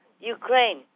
Ukraine